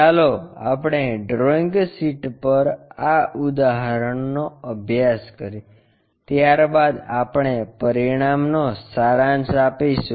ચાલો આપણે drawing sheet પર આ ઉદાહરણનો અભ્યાસ કરીએ ત્યારબાદ આપણે પરીણામ નો સારાંશ આપીશું